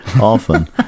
often